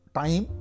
time